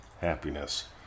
happiness